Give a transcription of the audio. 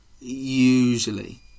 Usually